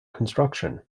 construction